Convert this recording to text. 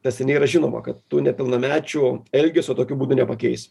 tas seniai yra žinoma kad tu nepilnamečių elgesio tokiu būdu nepakeis